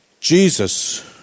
Jesus